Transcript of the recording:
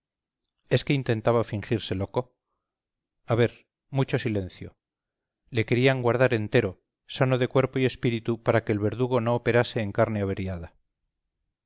es que intentaba fingirse loco a ver mucho silencio le querían guardar entero sano de cuerpo y espíritu para que el verdugo no operase en carne averiada